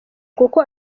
kuko